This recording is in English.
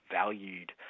valued